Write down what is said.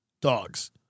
dogs